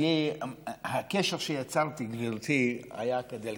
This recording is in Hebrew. הקשר שיצרתי, גברתי, היה כדלקמן.